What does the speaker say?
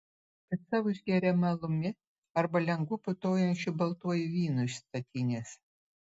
pica užgeriama alumi arba lengvu putojančiu baltuoju vynu iš statinės